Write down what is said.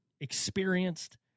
experienced